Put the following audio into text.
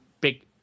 big